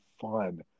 fun